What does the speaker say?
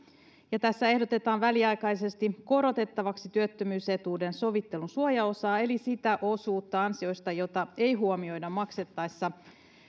tässä ehdotetaan väliaikaisesti korotettavaksi työttömyysetuuden sovittelun suojaosaa eli sitä osuutta ansioista jota ei huomioida maksettaessa